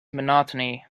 monotony